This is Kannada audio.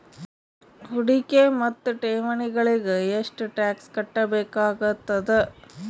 ಹೂಡಿಕೆ ಮತ್ತು ಠೇವಣಿಗಳಿಗ ಎಷ್ಟ ಟಾಕ್ಸ್ ಕಟ್ಟಬೇಕಾಗತದ?